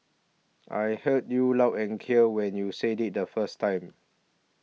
I heard you loud and clear when you said it the first time